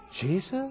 Jesus